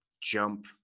jump